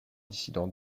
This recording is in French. dissident